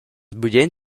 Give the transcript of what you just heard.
bugen